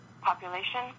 population